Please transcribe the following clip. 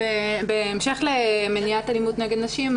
בהמשך למניעת אלימות נגד נשים,